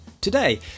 today